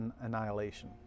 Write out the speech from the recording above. annihilation